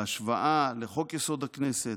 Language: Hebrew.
בהשוואה לחוק-יסוד: הכנסת,